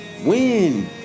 Win